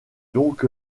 donc